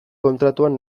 kontratuan